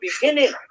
beginning